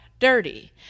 dirty